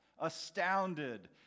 astounded